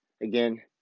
again